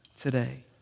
today